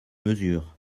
mesure